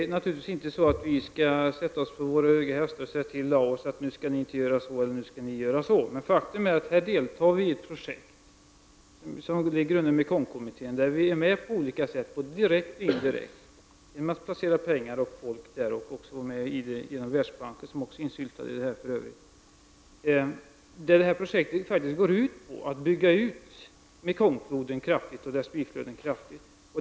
Herr talman! Vi skall naturligtvis inte sätta oss på höga hästar och säga till folket i Laos att man skall göra si eller så. Men faktum är att vi deltar i Mekongkommittén och både direkt och indirekt bidrar med personella och ekonomiska resurser till dessa projekt. Det sker också genom vår medverkan i Världsbanken, som också är insyltad i detta projekt. Projektet går ut på att kraftigt bygga ut Mekongfloden och dess tillflöden.